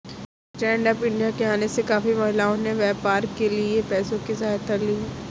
stand up India के आने से काफी महिलाओं ने व्यापार के लिए पैसों की सहायता ली है